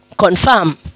Confirm